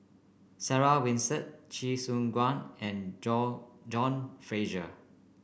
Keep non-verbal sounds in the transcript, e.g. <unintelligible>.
Sarah Winstedt Chee Soon <unintelligible> and John John Fraser